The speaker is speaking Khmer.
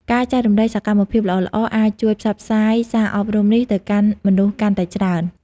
ការចែករំលែកសកម្មភាពល្អៗអាចជួយផ្សព្វផ្សាយសារអប់រំនេះទៅកាន់មនុស្សកាន់តែច្រើន។